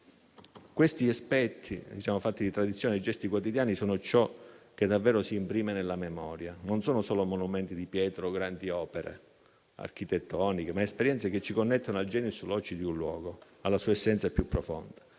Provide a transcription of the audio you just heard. Questi aspetti, fatti di tradizione e di gesti quotidiani, sono ciò che davvero si imprime nella memoria, non sono solo monumenti di pietra o grandi opere architettoniche, ma esperienze che ci connettono al *genius loci* di un luogo, alla sua essenza più profonda.